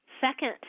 Second